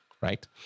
right